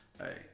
hey